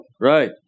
Right